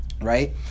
right